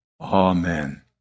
Amen